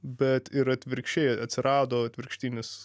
bet ir atvirkščiai atsirado atvirkštinis